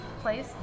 place